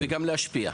וגם להשפיע.